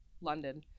London